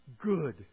Good